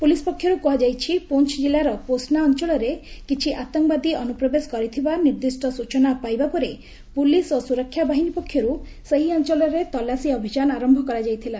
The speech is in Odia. ପୁଲିସ୍ ପକ୍ଷର୍ କୁହାଯାଇଛି ପୁଞ୍ କିଲ୍ଲାର ପୋଶନା ଅଞ୍ଚଳରେ କିଛି ଆତଙ୍କବାଦୀ ଅନ୍ରପ୍ରବେଶ କରିଥିବା ନିର୍ଦ୍ଦିଷ୍ଟ ସ୍ଚନା ପାଇବା ପରେ ପୁଲିସ୍ ଓ ସୁରକ୍ଷା ବାହିନୀ ପକ୍ଷରୁ ସେହି ଅଞ୍ଚଳରେ ତଲାସି ଅଭିଯାନ ଆରମ୍ଭ କରାଯାଇଥିଲା